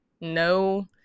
No